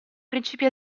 principi